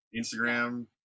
Instagram